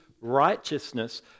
righteousness